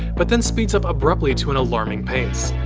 but then speeds up abruptly to an alarming pace.